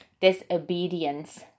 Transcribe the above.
disobedience